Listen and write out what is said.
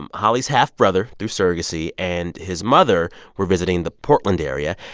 um holly's half-brother through surrogacy and his mother were visiting the portland area.